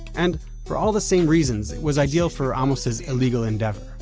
and for all the same reasons, it was idea l for amos' illegal endeavor.